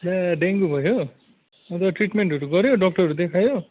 ला डेङ्गु भयो अन्त ट्रिटमेन्टहरू गऱ्यो डक्टरहरू देखायो